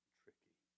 tricky